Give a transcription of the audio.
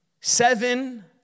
seven